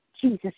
Jesus